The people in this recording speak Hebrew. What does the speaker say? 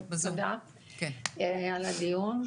תודה על הדיון.